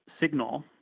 signal